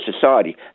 society